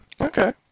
Okay